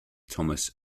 thomas